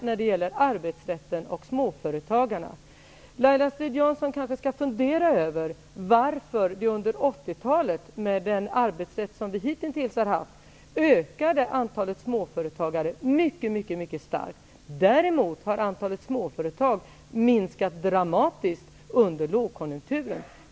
När det gäller arbetsrätten och småföretagarna skall Laila Strid-Jansson kanske fundera över varför, med den arbetsrätt som vi hitintills har haft, antalet småföretag ökade mycket starkt under 80 talet. Däremot har antalet småföretag minskat dramatiskt under lågkonjunkturen.